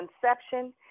conception